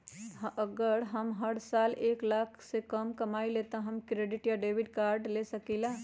अगर हम हर साल एक लाख से कम कमावईले त का हम डेबिट कार्ड या क्रेडिट कार्ड ले सकीला?